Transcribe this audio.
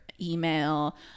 email